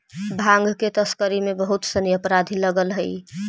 भाँग के तस्करी में बहुत सनि अपराधी लगल हइ